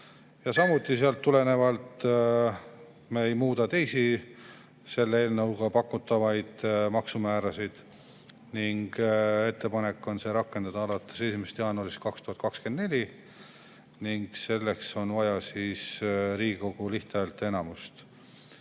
ei jookse. Sealt tulenevalt me ei muuda teisi selle eelnõuga pakutavaid maksumäärasid. Ettepanek on see rakendada alates 1. jaanuarist 2024 ning selleks on vaja Riigikogu lihthäälteenamust.